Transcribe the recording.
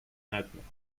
nightmare